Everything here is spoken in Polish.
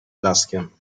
blaskiem